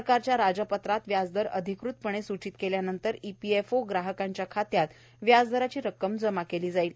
सरकारच्या राजपत्रात व्याजदर अधिकृतपणे सूचित केल्यानंतर ईपीएफओ ग्राहकांच्या खात्यात व्याजदराची रक्कम जमा केली जाईल